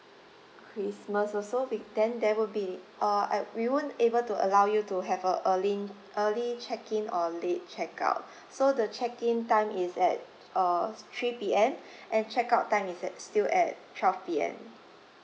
christmas also be~ then there will be uh I'd we won't be able to allow you to have a early early check in or late checkout so the check in time is at uh three P_M and check out time is at still at twelve P_M